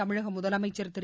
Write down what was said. தமிழகமுதலமைச்சர் திரு